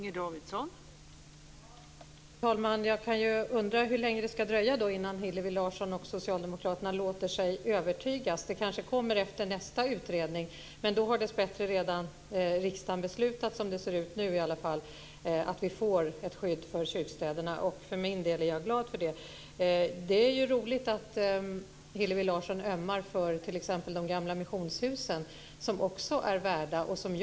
Fru talman! Jag undrar då hur länge det ska dröja innan Hillevi Larsson och socialdemokraterna låter sig övertygas. Det kanske kommer efter nästa utredning, men då har riksdagen dessbättre redan beslutat - som det ser ut nu i alla fall - att vi får ett skydd för kyrkstäderna. Jag är glad för det. Det är roligt att Hillevi Larsson ömmar för de gamla missionshusen, som också är värda att skydda.